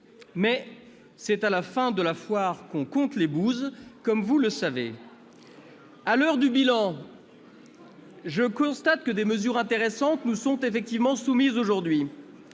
Mais c'est à la fin de la foire qu'on compte les bouses, comme vous le savez. À l'heure du bilan, je constate que des mesures intéressantes nous sont effectivement soumises aujourd'hui.